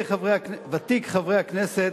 ותיק חברי הכנסת,